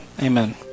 Amen